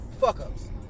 fuck-ups